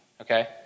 Okay